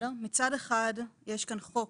מצד אחד יש כאן חוק